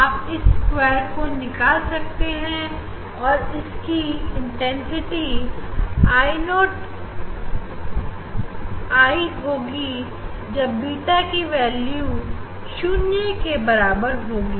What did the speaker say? आप इस सेक्टर को निकाल सकते हैं और इसके इंटेंसिटी I 0 I होगी जब बीटा की वैल्यू शून्य के बराबर होगी